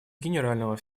генерального